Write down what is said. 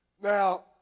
Now